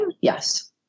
yes